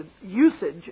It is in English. usage